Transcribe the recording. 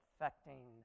affecting